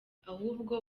ahubwo